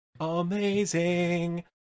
Amazing